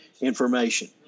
information